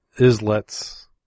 Islets